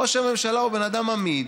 ראש הממשלה הוא בן אדם אמיד,